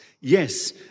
Yes